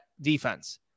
defense